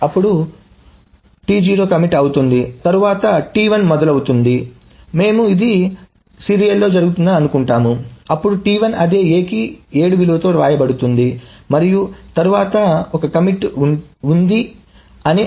అప్పుడు T0 commit అవుతుంది తరువాత T1 మొదలవుతుంది స్టార్ట్ T1 మేము ఇది సీరియల్ అని అనుకుంటున్నాము అప్పుడు T1 అదే A కి 7 విలువ తో వ్రాయబడుతుంది మరియు తరువాత ఒక కమిట్ ఉంది కమిట్ T1